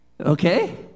Okay